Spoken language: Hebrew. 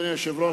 אדוני היושב-ראש,